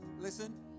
Listen